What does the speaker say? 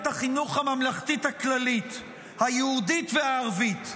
החינוך הממלכתית הכללית היהודית והערבית.